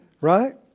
Right